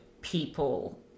people